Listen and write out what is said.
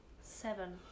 seven